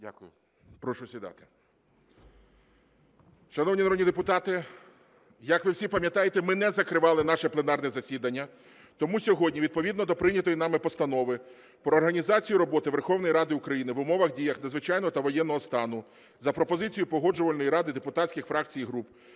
Дякую. Прошу сідати. Шановні народні депутати, як ви всі пам’ятаєте, ми не закривали наше пленарне засідання. Тому сьогодні відповідно до прийнятої нами Постанови "Про організацію роботи Верховної Ради України в умовах дії надзвичайного та/або воєнного стану" за пропозицією Погоджувальної ради депутатських фракцій і груп